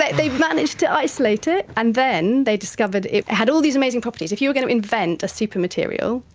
they managed to isolate it, and then they discovered it had all these amazing properties. if you were going to invent a super material,